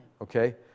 okay